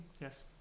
Yes